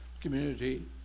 community